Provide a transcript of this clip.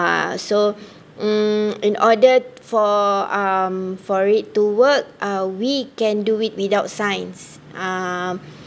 ah so hmm in order for um for it to work uh we can do it without science um